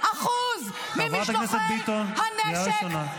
חברת הכנסת ביטון, קריאה ראשונה.